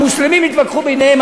המוסלמים יתווכחו ביניהם,